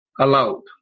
allowed